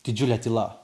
didžiulė tyla